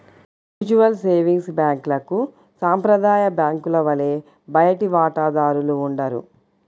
mutual savings బ్యాంక్లకు సాంప్రదాయ బ్యాంకుల వలె బయటి వాటాదారులు ఉండరు